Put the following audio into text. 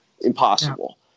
Impossible